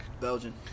Belgian